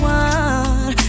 one